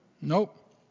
Nope